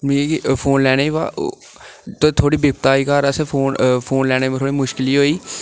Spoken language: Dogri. मिगी फोन लैने बा थोह्ड़ी बिपता आई घर असें फोन फोन लैना असें लैने थोह्ड़ी मुश्कल होई